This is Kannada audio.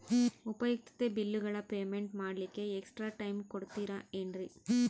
ಉಪಯುಕ್ತತೆ ಬಿಲ್ಲುಗಳ ಪೇಮೆಂಟ್ ಮಾಡ್ಲಿಕ್ಕೆ ಎಕ್ಸ್ಟ್ರಾ ಟೈಮ್ ಕೊಡ್ತೇರಾ ಏನ್ರಿ?